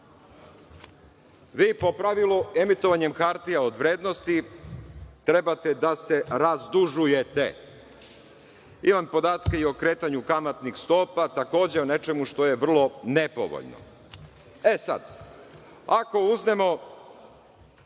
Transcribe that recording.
Vi po pravilu emitovanjem hartija od vrednosti, trebate da se razdužujete. Imam podatke i o kretanju kamatnih stopa, takođe o nečemu što je vrlo nepovoljno.E, sad ako uzmemo